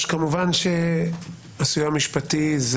כמובן שהסיוע המשפטי,